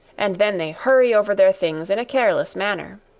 and then they hurry over their things in a careless manner.